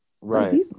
right